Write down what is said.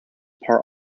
part